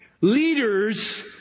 leaders